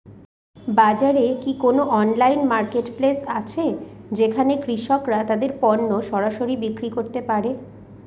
বাজারে কি কোন অনলাইন মার্কেটপ্লেস আছে যেখানে কৃষকরা তাদের পণ্য সরাসরি বিক্রি করতে পারে?